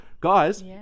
Guys